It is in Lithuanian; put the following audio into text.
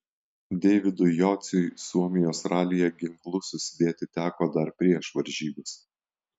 deividui jociui suomijos ralyje ginklus susidėti teko dar prieš varžybas